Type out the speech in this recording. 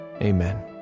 amen